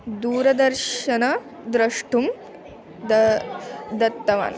दूरदर्शनं द्रष्टुं द दत्तवान्